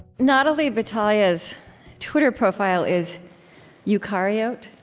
natalie batalha's twitter profile is eukaryote.